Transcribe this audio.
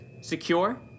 secure